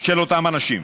של אותם אנשים.